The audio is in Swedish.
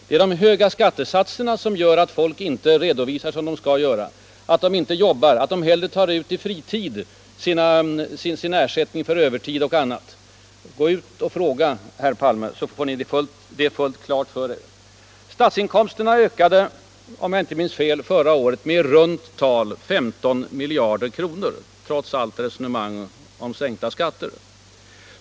Det är de höga skattesatserna som gör att folk inte redovisar som de skall göra, att de inte jobbar, att de hellre tar ut i fritid ersättning för övertid och annat. Gå ut och fråga, herr Palme, så får ni det fullt klart för er! Statsinkomsterna ökade, om jag inte minns fel, förra året med i runt tal 15 miljarder kronor trots allt resonemang om sänkta skatter.